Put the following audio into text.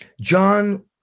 John